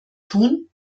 tun